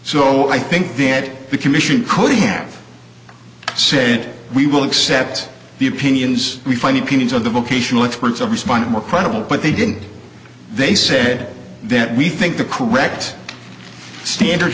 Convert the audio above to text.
so i think the it we commission could have said we will accept the opinions we find opinions of the vocational experts have responded more credible but they didn't they said that we think the correct standard